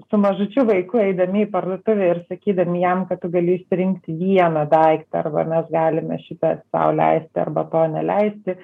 su mažučiu vaiku eidami į parduotuvę ir sakydami jam kad tu gali išsirinkti vieną daiktą arba mes galime šitą sau leisti arba to neleisti